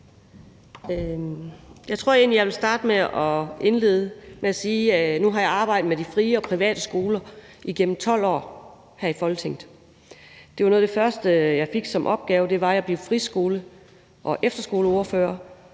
Jeg tror egentlig, jeg vil starte med at sige, at nu har jeg arbejdet med de frie og private skoler igennem 12 år her i Folketinget. Noget af det første, jeg fik som opgave, var at blive friskole- og efterskoleordfører,